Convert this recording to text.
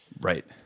Right